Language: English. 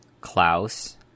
klaus